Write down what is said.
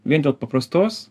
vien dėl paprastos